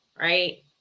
right